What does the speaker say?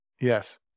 Yes